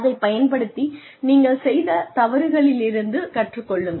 அதைப் பயன்படுத்தி நீங்கள் செய்த தவறுகளிலிருந்து கற்றுக்கொள்ளுங்கள்